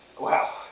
Wow